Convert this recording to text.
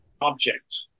object